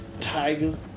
Tiger